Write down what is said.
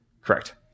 Correct